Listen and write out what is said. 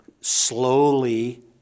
slowly